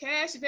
cash